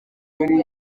ibi